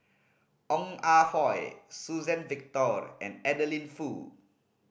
Ong Ah Hoi Suzann Victor and Adeline Foo